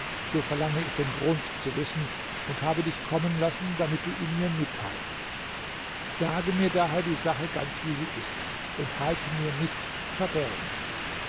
so verlange ich den grund zu wissen und habe dich kommen lassen damit du mir ihn mitteilst sage mir daher die sache ganz wie sie ist und halte mir nichts verborgen